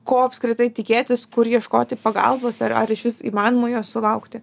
ko apskritai tikėtis kur ieškoti pagalbos ar ar išvis įmanoma jos sulaukti